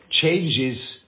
changes